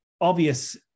obvious